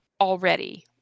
already